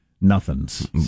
nothings